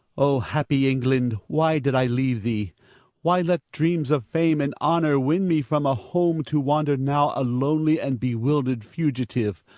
o happy england, why did i leave thee why let dreams of fame and honor win me from a home, to wander now a lonely and bewildered fugitive?